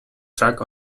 track